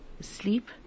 sleep